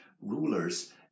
rulers